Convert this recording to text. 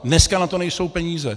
Dneska na to nejsou peníze.